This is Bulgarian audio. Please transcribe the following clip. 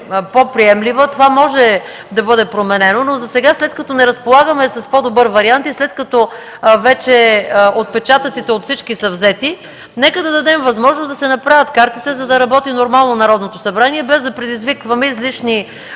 по-приемлива, това може да бъде променено. Засега, след като не разполагаме с по-добър вариант и след като вече отпечатъците от всички са взети, нека да дадем възможност да се направят картите, за да работи нормално Народното събрание, без да предизвикваме различни